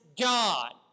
God